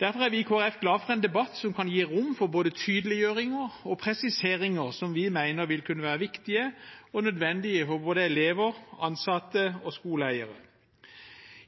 Derfor er vi i Kristelig Folkeparti glad for en debatt som kan gi rom for både tydeliggjøringer og presiseringer som vi mener vil kunne være viktige og nødvendige for både elever, ansatte og skoleeiere.